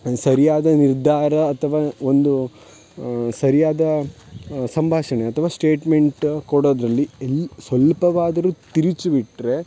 ಸರಿಯಾದ ನಿರ್ಧಾರ ಅಥವಾ ಒಂದು ಸರಿಯಾದ ಸಂಭಾಷಣೆ ಅಥ್ವಾ ಶ್ಟೇಟ್ಮೆಂಟ್ ಕೊಡೋದರಲ್ಲಿ ಇಲ್ಲಿ ಸ್ವಲ್ಪವಾದರೂ ತಿರುಚಿ ಬಿಟ್ಟರೆ